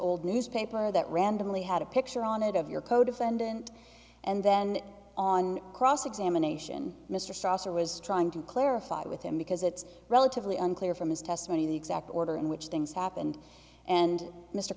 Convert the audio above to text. old newspaper that randomly had a picture on it of your codefendant and then on cross examination mr strasser was trying to clarify with him because it's relatively unclear from his testimony the exact order in which things happened and mr